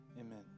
Amen